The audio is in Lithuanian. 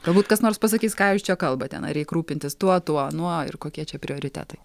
galbūt kas nors pasakys ką jūs čia kalbate na reik rūpintis tuo tuo anuo ir kokie čia prioritetai